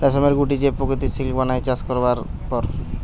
রেশমের গুটি যে প্রকৃত সিল্ক বানায় চাষ করবার পর